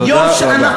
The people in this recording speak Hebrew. תודה רבה.